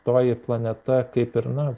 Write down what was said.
toji planeta kaip ir na